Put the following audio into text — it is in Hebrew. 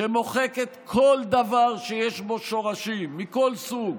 שמוחקת כל דבר שיש בו שורשים מכל סוג